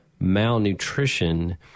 malnutrition